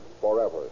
forever